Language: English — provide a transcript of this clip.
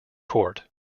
court